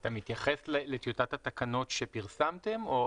אתה מתייחס לטיוטת התקנות שפרסמתם או